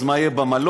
אז מה יהיה במלון?